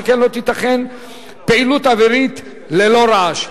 שכן לא תיתכן פעילות אווירית ללא רעש,